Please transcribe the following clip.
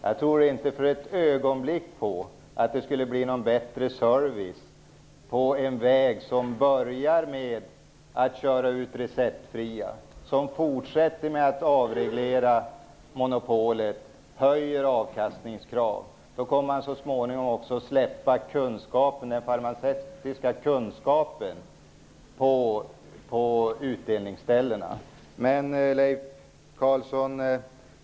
Jag tror inte ett ögonblick att det skulle bli bättre service om man slår in på en väg som börjar med att man släpper de receptfria läkemedlen och fortsätter med avreglering av monopolet och en höjning av avkastningskraven. Då kommer man så småningom också att släppa den farmaceutiska kunskapen på utdelningsställena.